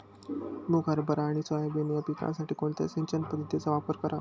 मुग, हरभरा आणि सोयाबीन या पिकासाठी कोणत्या सिंचन पद्धतीचा वापर करावा?